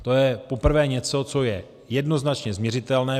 To je poprvé něco, co je jednoznačně změřitelné.